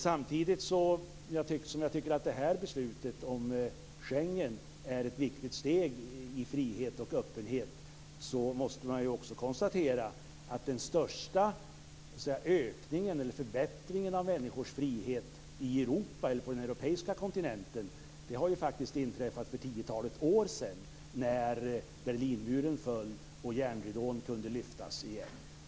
Samtidigt som jag tycker att beslutet om Schengen är ett viktigt steg i frihet och öppenhet måste jag också konstatera att den största förbättringen av människors frihet på den europeiska kontinenten faktiskt inträffade för tiotalet år sedan när Berlinmuren föll och järnridån kunde lyftas igen.